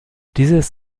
dieses